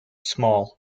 small